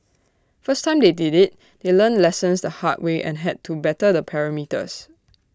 first time they did IT they learnt lessons the hard way and had to better the parameters